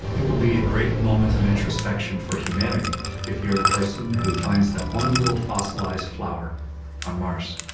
it will be a great moment of introspection for humanity if you're the person who finds that one little fossilized flower on mars.